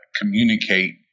communicate